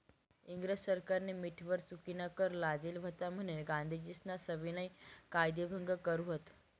इंग्रज सरकारनी मीठवर चुकीनाकर लादेल व्हता म्हनीन गांधीजीस्नी सविनय कायदेभंग कर व्हत